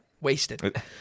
Wasted